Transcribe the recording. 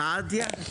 סעדיה?